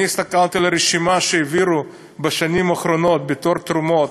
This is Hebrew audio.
הסתכלתי על הרשימה שהעבירו בשנים האחרונות בתור תרומות,